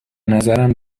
نظرم